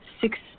six